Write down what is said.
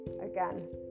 again